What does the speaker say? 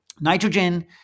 nitrogen